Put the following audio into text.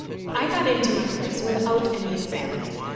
i got into my place without any examining.